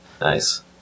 nice